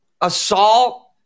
assault